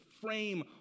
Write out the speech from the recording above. frame